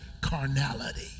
carnality